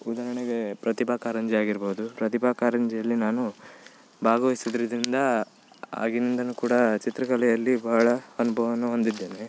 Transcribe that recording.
ಉದಾಹರ್ಣೆಗೆ ಪ್ರತಿಭಾ ಕಾರಂಜಿ ಆಗಿರ್ಬೋದು ಪ್ರತಿಭಾ ಕಾರಂಜಿಯಲ್ಲಿ ನಾನು ಭಾಗವಯಿಸಿದ್ರಿಂದ ಆಗಿನಿಂದಲೂ ಕೂಡ ಚಿತ್ರಕಲೆಯಲ್ಲಿ ಭಾಳ ಅನುಭವವನ್ನು ಹೊಂದಿದ್ದೇನೆ